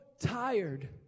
tired